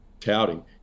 touting